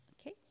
Okay